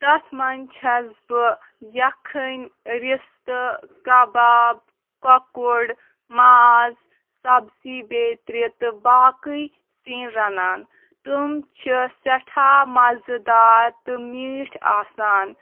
تَتھ منٛز چھَس بہٕ یَکھٕنۍ رِستہٕ کَباب کۄکُر ماز سبزی بیترِ تہٕ باقٕے سِنۍ رَنان تِم چھ سٮ۪ٹھاہ مَزٕدار تہٕ میٖٹھۍ آسان